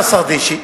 נסרדישי,